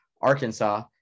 Arkansas